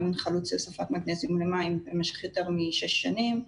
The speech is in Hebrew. חלוץ להוספת מגנזיום למים במשך יותר משש שנים.